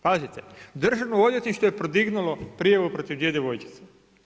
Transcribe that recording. Pazite, Državno odvjetništvo je podignulo prijavu protiv dvije djevojčice.